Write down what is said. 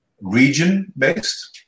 region-based